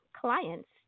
clients